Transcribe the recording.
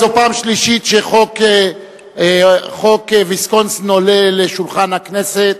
זו פעם שלישית שחוק ויסקונסין עולה על שולחן הכנסת.